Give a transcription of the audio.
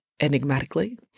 enigmatically